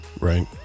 Right